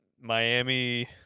Miami